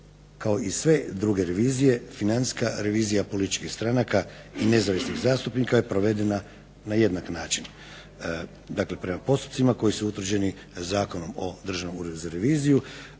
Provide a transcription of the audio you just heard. Kao sve druge revizije financijska revizija političkih stranaka i nezavisnih zastupnika je provedena na jednak način. Dakle, prema postupcima koji su utvrđeni Zakonom o Državnom uredu za reviziju,